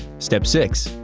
step six.